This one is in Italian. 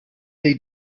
dei